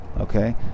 Okay